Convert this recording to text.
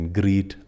greet